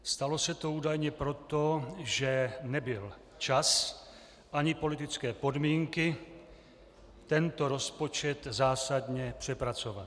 Stalo se to údajně proto, že nebyl čas ani politické podmínky tento rozpočet zásadně přepracovat.